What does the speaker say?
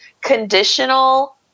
Conditional